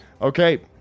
Okay